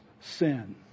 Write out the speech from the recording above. sin